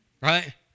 right